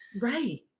Right